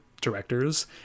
directors